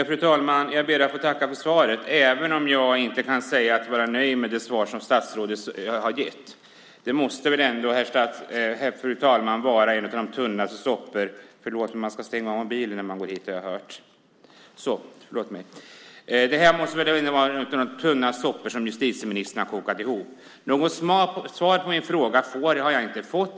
Fru talman! Jag ber att få tacka för svaret, även om jag inte kan säga att jag är nöjd med det svar som statsrådet har gett. Detta måste väl ändå vara en av de tunnaste soppor som justitieministern har kokat ihop. Något svar på min fråga har jag inte fått.